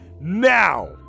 now